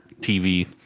TV